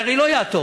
ואני הרי לא אעתור,